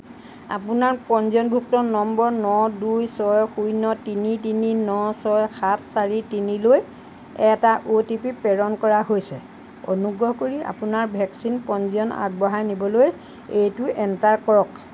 আপোনাৰ পঞ্জীয়নভুক্ত নম্বৰ ন দুই ছয় শূন্য তিনি তিনি ন ছয় সাত চাৰি তিনি লৈ এটা অ' টি পি প্ৰেৰণ কৰা হৈছে অনুগ্ৰহ কৰি আপোনাৰ ভেকচিন পঞ্জীয়ন আগবঢ়াই নিবলৈ এইটো এণ্টাৰ কৰক